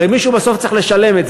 הרי מישהו בסוף צריך לשלם את זה.